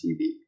TV